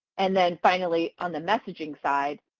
and then finally on the messaging side,